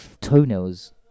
toenails